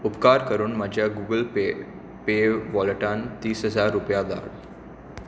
उपकार करून म्हज्या गूगल पे पे वॉलेटांत तीस हजार रुपया घाल